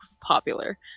popular